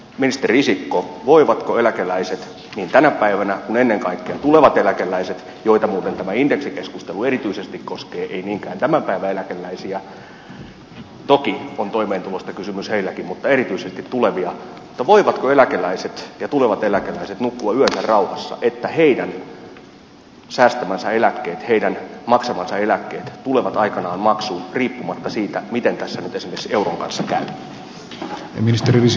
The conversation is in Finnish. ministeri risikko voivatko eläkeläiset niin tänä päivänä kuin ennen kaikkea tulevat eläkeläiset joita muuten tämä indeksikeskustelu erityisesti koskee ei niinkään tämän päivän eläkeläisiä toki on toimeentulosta kysymys heilläkin mutta erityisesti tulevia nukkua yönsä rauhassa sen suhteen että heidän säästämänsä eläkkeet heidän maksamansa eläkkeet tulevat aikanaan maksuun riippumatta siitä miten tässä nyt esimerkiksi euron kanssa käy